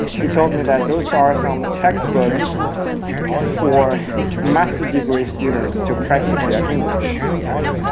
he told me that those are some textbooks for master degree students to practice their english.